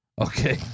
Okay